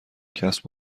کسب